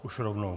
Už rovnou.